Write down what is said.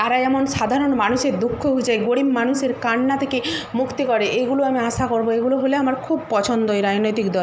তারা যেমন সাধারণ মানুষের দুঃখ ঘুচায় গরিব মানুষের কান্না থেকে মুক্তি করে এগুলো আমি আশা করবো এগুলো হলে আমার খুব পছন্দ এই রাজনৈতিক দল